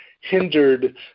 hindered